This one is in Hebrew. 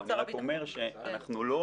אני רק אומר, שאנחנו לא